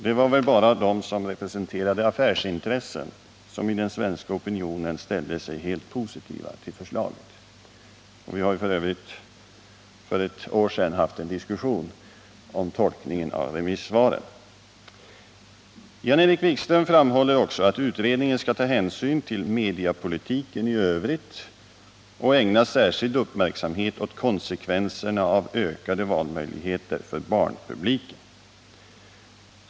Det var väl bara de som representerade affärsintressen som i den svenska opinionen ställde sig helt positiva till förslaget. Vi har f.ö. för två år sedan haft en diskussion om tolkningen av remissvaren. Jan-Erik Wikström framhåller också att utredningen skall ta hänsyn till mediapolitiken i övrigt och ägna särskild uppmärksamhet åt konsekvenserna av ökade valmöjligheter för barnpubliken.